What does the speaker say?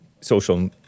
social